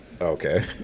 Okay